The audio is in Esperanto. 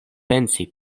pensi